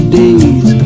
days